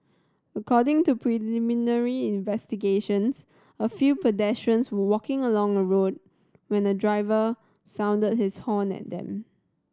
according to preliminary investigations a few pedestrians were walking along a road when a driver sounded his horn at them